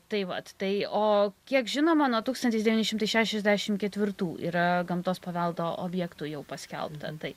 tai vat tai o kiek žinoma nuo tūkstantis devyni šimtai šešiasdešim ketvirtų yra gamtos paveldo objektų jau paskelbta tai